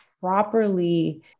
Properly